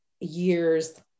years